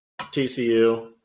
TCU